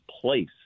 place